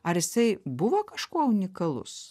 ar jisai buvo kažkuo unikalus